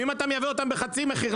אם אתה מייבא אותן בחצי מחיר,